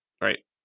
Right